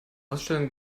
ausstellung